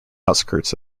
outskirts